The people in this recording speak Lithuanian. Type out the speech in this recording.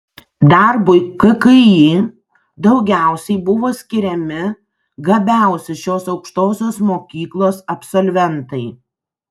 darbui kki daugiausiai buvo skiriami gabiausi šios aukštosios mokyklos absolventai